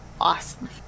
Awesome